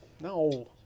No